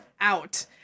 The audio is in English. out